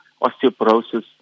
osteoporosis